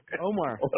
Omar